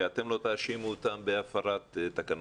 שאתם לא תאשימו אותם בהפרת תקנון.